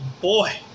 boy